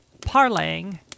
parlaying